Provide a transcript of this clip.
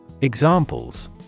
Examples